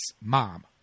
mom